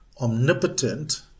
omnipotent